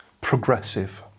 Progressive